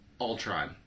Ultron